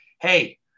hey